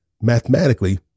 Mathematically